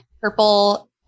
purple